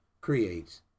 creates